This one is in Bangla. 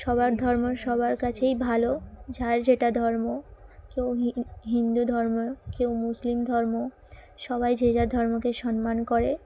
সবার ধর্ম সবার কাছেই ভালো যার যেটা ধর্ম কেউ হি হিন্দু ধর্ম কেউ মুসলিম ধর্ম সবাই যে যার ধর্মকে সম্মান করে